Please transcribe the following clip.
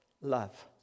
love